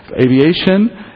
aviation